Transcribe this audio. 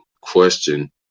question